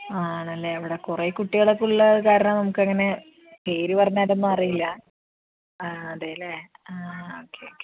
ആണല്ലേ അവിടെ കുറേ കുട്ടികളൊക്കെ ഉള്ളത് കാരണം നമുക്കങ്ങനെ പേര് പറഞ്ഞാലൊന്നും അറിയില്ല ആ അതെയല്ലേ ആ ഓക്കെ ഓക്കെ